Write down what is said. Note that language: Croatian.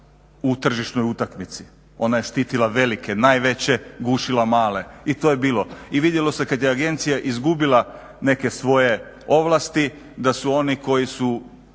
na tržišnoj utakmici. Ona je štitila velike, najveće, gušila male i to je bilo i vidjelo se kad je agencija izgubila neke svoje ovlasti da su oni koji su